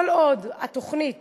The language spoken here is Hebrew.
כל עוד התוכנית